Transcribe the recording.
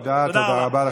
תודה רבה.